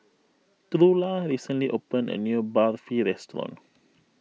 Trula recently opened a new Barfi restaurant